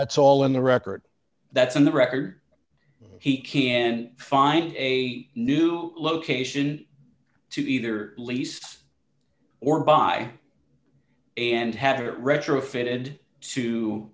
it's all in the record that's in the record he can find a new location to either least or by and have it retrofit